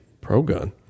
pro-gun